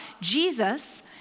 Jesus